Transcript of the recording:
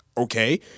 okay